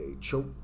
choke